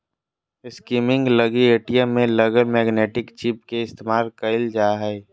skimming लगी ATM में लगल मैग्नेटिक चिप के इस्तेमाल कइल जा हइ